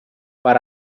per